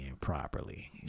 properly